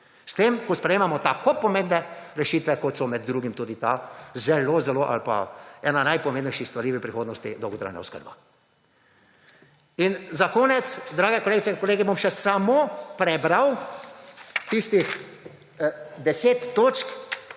S tem, ko sprejemamo tako pomembne rešitve kot so med drugim tudi ta zelo zelo ali pa ena najpomembnejših stvari v prihodnosti dolgotrajno oskrbo. Za konec, drage kolegice in kolegi, bom samo še prebral tistih 10 točk,